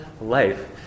life